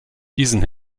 diesen